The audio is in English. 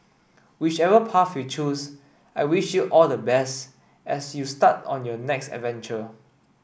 whichever path you choose I wish you all the best as you start on your next adventure